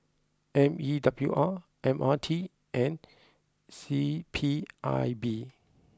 M E W R M R T and C P I B